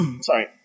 Sorry